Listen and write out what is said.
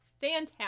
fantastic